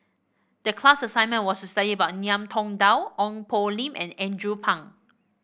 the class assignment was to study about Ngiam Tong Dow Ong Poh Lim and Andrew Phang